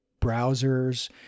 browsers